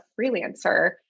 freelancer